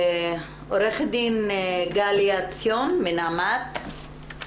עו"ד גלי עציון מנעמ"ת.